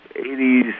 80s